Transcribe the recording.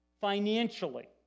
financially